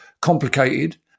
complicated